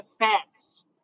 effects